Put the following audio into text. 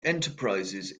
enterprises